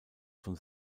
von